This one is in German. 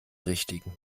richtigen